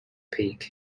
peak